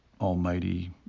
almighty